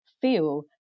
feel